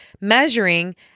measuring